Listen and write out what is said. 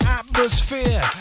atmosphere